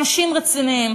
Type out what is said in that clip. אנשים רציניים,